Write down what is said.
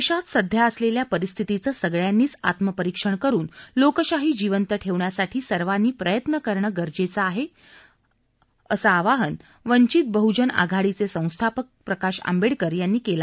देशात सध्या असलेल्या परिस्थितीचं सगळ्यांनीच आत्मपरिक्षण करून लोकशाही जिवंत ठेवण्यासाठी सर्वांनी प्रयत्न करणं गरजेचं असं आवाहन वंचित बहुजन आघाडीचे संस्थापक प्रकाश आंबेडकर यांनी केलं